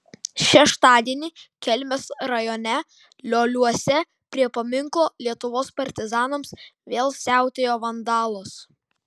šeštadienį kelmės rajone lioliuose prie paminklo lietuvos partizanams vėl siautėjo vandalas